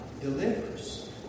delivers